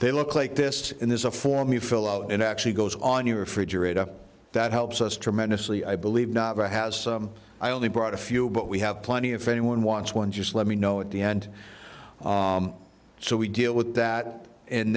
they look like this and there's a form you fill out and actually goes on your refrigerator that helps us tremendously i believe has i only brought a few but we have plenty if anyone wants one just let me know at the end so we deal with that and